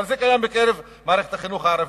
אבל זה קיים במערכת החינוך הערבית.